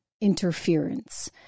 interference